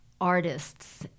artists